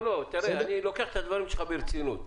אני לוקח את הדברים שלך ברצינות.